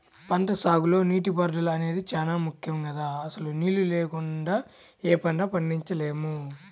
పంటసాగులో నీటిపారుదల అనేది చానా ముక్కెం గదా, అసలు నీళ్ళు లేకుండా యే పంటా పండించలేము